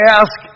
ask